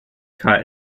caught